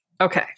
Okay